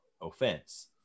offense